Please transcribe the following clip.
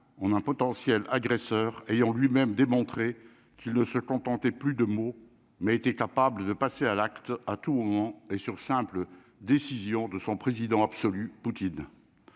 a un potentiel agresseur ayant lui-même démontrer qu'il ne se contentait plus de mots mais était capable de passer à l'acte à tout, on est sur simple décision de son président absolu Poutine